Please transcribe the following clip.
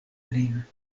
lin